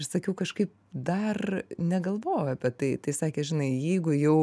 ir sakiau kažkaip dar negalvojau apie tai tai sakė žinai jeigu jau